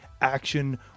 action